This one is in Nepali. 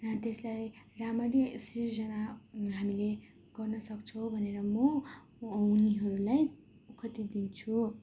त्यसलाई राम्ररी सृजना हामीले गर्नसक्छौँ भनेर म उनीहरूलाई कति दिन्छु